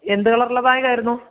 എന്ത് കളറുള്ള ബാഗായിരുന്നു